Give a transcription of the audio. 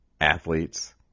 athletes